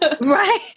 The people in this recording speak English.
Right